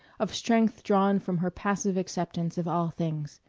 of strength drawn from her passive acceptance of all things.